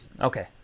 Okay